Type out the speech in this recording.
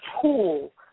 tool